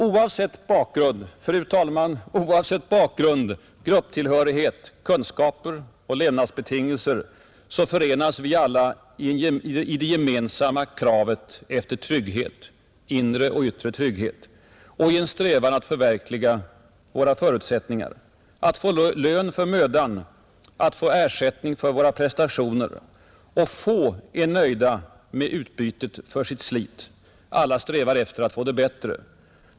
Oavsett bakgrund, grupptillhörighet, kunskaper och levnadsbetingelser förenas alla i det gemensamma kravet på trygghet — inre och yttre — och i en strävan att förverkliga sina förutsättningar, att få lön för mödan, att få ersättning för sina prestationer. Inte många är nöjda med utbytet för sitt slit. Alla strävar efter att få det bättre.